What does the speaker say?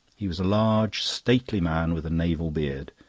he was a large, stately man with a naval beard.